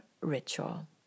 ritual